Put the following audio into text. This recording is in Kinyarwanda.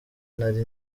nari